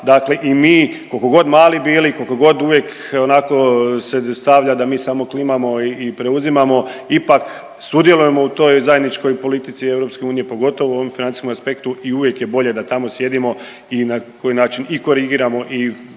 Dakle i mi koliko god mali bili, koliko god uvijek onako se stavlja da mi samo klimamo i preuzimamo ipak sudjelujemo u toj zajedničkoj politici EU pogotovo u ovom financijskom aspektu i uvijek je bolje da tamo sjedimo i na koji način i korigiramo i